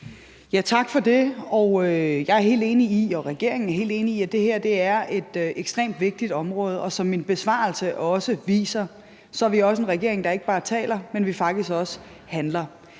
og regeringen er helt enig i, at det her er et ekstremt vigtigt område, og som min besvarelse også viser, er vi en regering, som ikke bare taler, men som faktisk også handler.